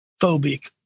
phobic